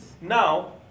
Now